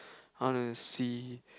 I wanna see